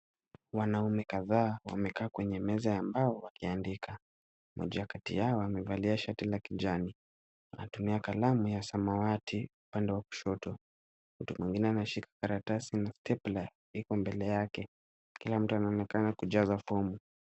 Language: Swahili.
Wanaume kadhaa wamekaa kwenye meza ya mbao wakiandika. Moja ya kati yao amevalia shati la kijani. Anatumia kalamu ya samawati upande wa kushoto. Mtu mwingine ameshika karatasi na stepla iko mbele yake. Kila mtu anaonekana kujaza fomu.